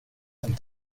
and